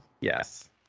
Yes